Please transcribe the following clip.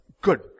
good